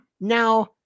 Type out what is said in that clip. Now